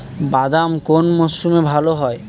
বাদাম কোন মরশুমে ভাল হয়?